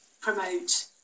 promote